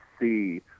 see